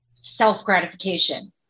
self-gratification